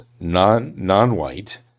non-white